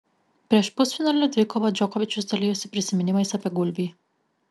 prieš pusfinalio dvikovą džokovičius dalijosi prisiminimais apie gulbį